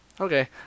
Okay